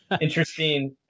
interesting